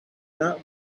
that